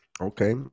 Okay